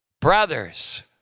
Brothers